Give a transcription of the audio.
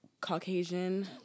Caucasian